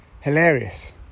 Hilarious